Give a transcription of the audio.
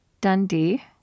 Dundee